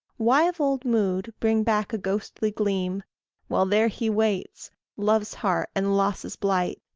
why of old mood bring back a ghostly gleam while there he waits, love's heart and loss's blight!